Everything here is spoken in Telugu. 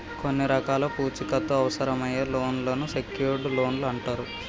కొన్ని రకాల పూచీకత్తు అవసరమయ్యే లోన్లను సెక్యూర్డ్ లోన్లు అంటరు